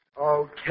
Okay